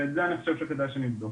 ואת זה אני חושב שכדאי שנבדוק.